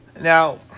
Now